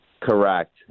Correct